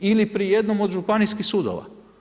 Ili pri jednom od županijskih sudova.